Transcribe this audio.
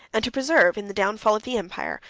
and to preserve, in the downfall of the empire,